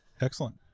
Excellent